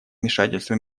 вмешательство